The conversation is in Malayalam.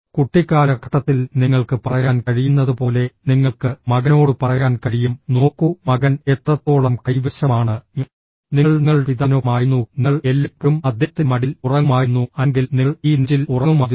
കുട്ടിക്കാലഘട്ടത്തിൽ നിങ്ങൾക്ക് പറയാൻ കഴിയുന്നതുപോലെ നിങ്ങൾക്ക് മകനോട് പറയാൻ കഴിയും നോക്കൂ മകൻ എത്രത്തോളം കൈവശമാണ് നിങ്ങൾ നിങ്ങളുടെ പിതാവിനൊപ്പമായിരുന്നുഃ നിങ്ങൾ എല്ലായ്പ്പോഴും അദ്ദേഹത്തിന്റെ മടിയിൽ ഉറങ്ങുമായിരുന്നു അല്ലെങ്കിൽ നിങ്ങൾ ഈ നെഞ്ചിൽ ഉറങ്ങുമായിരുന്നു